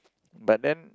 but then